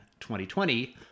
2020